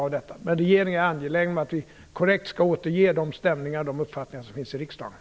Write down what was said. Regeringen är dock angelägen om att korrekt återge de stämningar och de uppfattningar som finns i riksdagen.